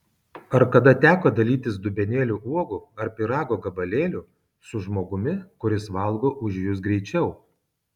ar kada teko dalytis dubenėliu uogų ar pyrago gabalėliu su žmogumi kuris valgo už jus greičiau